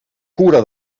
cura